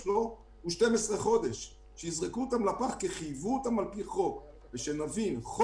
צריך גם לזכור שאנחנו עושים את זה למרות שאנחנו נמצאים בתקציב